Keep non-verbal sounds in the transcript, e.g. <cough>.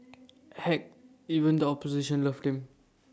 <noise> heck even the opposition loved him